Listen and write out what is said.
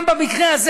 גם במקרה הזה,